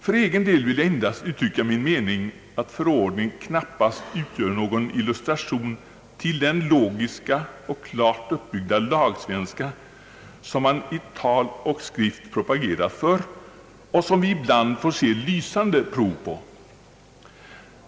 För egen del vill jag endast uttrycka min mening att förordningen knappast utgör någon illustration till den logiska och klart uppbyggda lagsvenska, som man i tal och skrift propagerat för och som vi ibland får se lysande prov på.